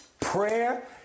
Prayer